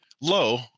low